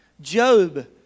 Job